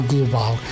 Global